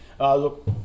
Look